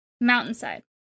mountainside